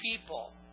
people